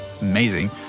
amazing